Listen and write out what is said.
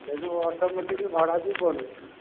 ସେଇଠୁ ଅଟୋମେଟିକ୍ ଭଡ଼ା ବି ବଢୁଛି